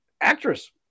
actress